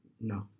No